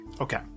Okay